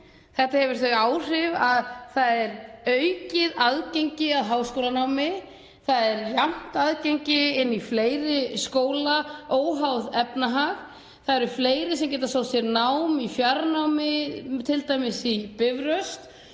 Þetta hefur þau áhrif að það er aukið aðgengi að háskólanámi. Það er jafnt aðgengi inn í fleiri skóla óháð efnahag. Það eru fleiri sem geta sótt sér nám í fjarnámi, t.d. á Bifröst,